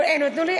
הם נתנו לי,